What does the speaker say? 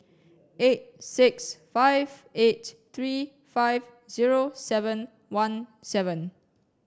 eight six five eight three five zero seven one seven